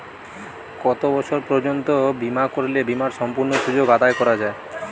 কত বছর পর্যন্ত বিমা করলে বিমার সম্পূর্ণ সুযোগ আদায় করা য়ায়?